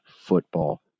football